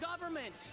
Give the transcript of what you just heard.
government